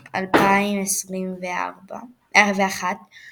ב־11 באוגוסט 2017 הגישה מרוקו,